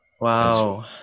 Wow